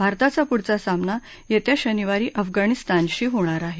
भारताचा पुढचा सामना येत्या शनिवारी अफगाणिस्तानशी होणार आहे